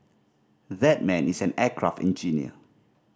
that man is an aircraft engineer